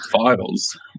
files